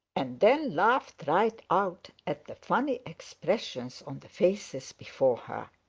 and then laughed right out at the funny expressions on the faces before her.